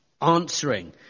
answering